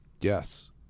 Yes